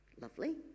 lovely